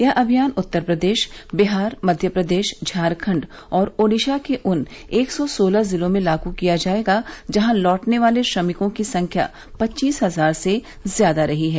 यह अभियान उत्तर प्रदेश बिहार मध्य प्रदेश झारखंड और ओडिशा के उन एक सौ सोलह जिलों में लागू किया जाएगा जहां लौटने वाले श्रमिकों की संख्या पच्चीस हजार से ज्यादा रही है